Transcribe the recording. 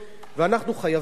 ואנחנו חייבים,